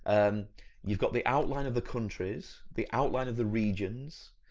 and you've got the outline of the countries, the outline of the regions,